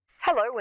Hello